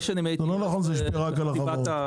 זה לא נכון שזה השפיע רק על החברות.